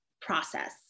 process